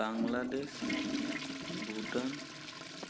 Bangladesh Bhutan